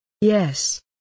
yes